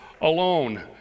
alone